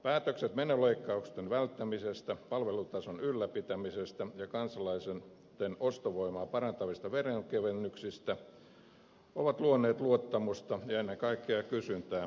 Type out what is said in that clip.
päätökset menoleikkausten välttämisestä palvelutason ylläpitämisestä ja kansalaisten ostovoimaa parantavista veronkevennyksistä ovat luoneet luottamusta ja ennen kaikkea kysyntää kotimarkkinoille